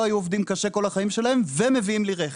היו עובדים קשה כל החיים שלהם ונותנים לי רכב.